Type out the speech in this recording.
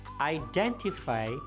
identify